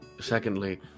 secondly